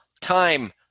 time